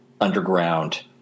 underground